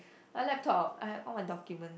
but laptop I have all my documents